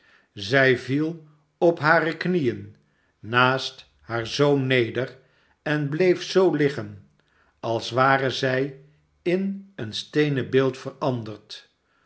zij viel op hare knieen naast haar zoon neder en bleef zoo liggen als ware zij in een steenen beeld veranderd